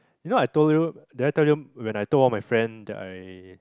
you know I told you did I tell you when I told all my friend that I